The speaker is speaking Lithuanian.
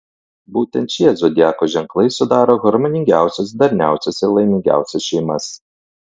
būtent šie zodiako ženklai sudaro harmoningiausias darniausias ir laimingiausias šeimas